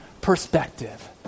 perspective